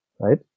right